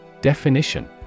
Definition